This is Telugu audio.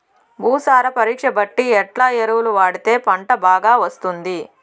భూసార పరీక్ష బట్టి ఎట్లా ఎరువులు వాడితే పంట బాగా వస్తుంది?